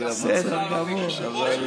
בסדר גמור.